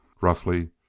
roughly